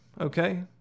okay